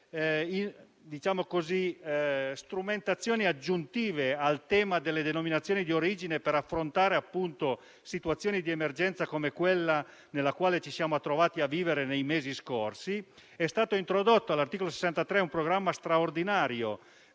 strumentazioni aggiuntive al tema delle denominazioni di origine per affrontare situazioni di emergenza come quella nella quale ci siamo trovati a vivere nei mesi scorsi. Sono stati introdotti - all'articolo 63 - un programma straordinario